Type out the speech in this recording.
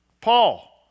Paul